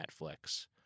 Netflix